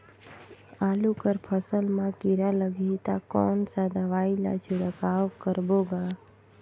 आलू कर फसल मा कीरा लगही ता कौन सा दवाई ला छिड़काव करबो गा?